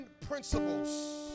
principles